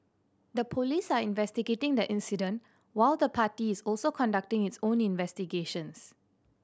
the police are investigating the incident while the party is also conducting its own investigations